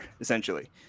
essentially